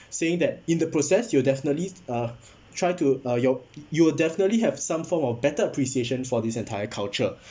saying that in the process you'll definitely uh try to uh your you will definitely have some form of better appreciation for this entire culture